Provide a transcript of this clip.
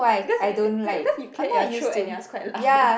cause you you because you cleared your throat and it was quite loud